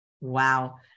Wow